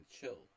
chill